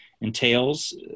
entails